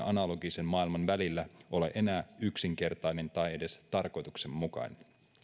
analogisen maailman välillä ole enää yksinkertainen tai edes tarkoituksenmukainen